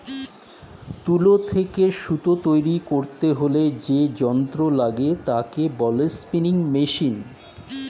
তুলো থেকে সুতো তৈরী করতে হলে যে যন্ত্র লাগে তাকে বলে স্পিনিং মেশিন